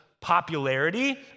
popularity